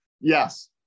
Yes